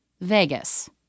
Vegas